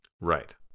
Right